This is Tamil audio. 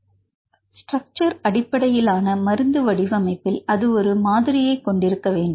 ஸ்ட்ரக்சர் அடிப்படையிலான மருந்து வடிவமைப்பில் அது ஒரு மாதிரியைக் கொண்டிருக்க வேண்டும்